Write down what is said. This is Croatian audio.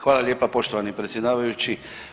Hvala lijepa poštovani predsjedavajući.